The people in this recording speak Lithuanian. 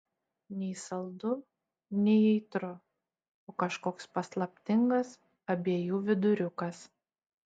nei saldu nei aitru o kažkoks paslaptingas abiejų viduriukas